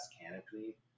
canopy